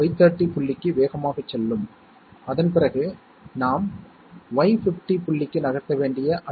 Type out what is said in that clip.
இப்போது நாம் சில பயிற்சிகளைச் செய்வோம் இதன் மூலம் லாஜிக் கேட்களின் செயல்பாட்டைப் பற்றி அறிந்து கொள்வோம்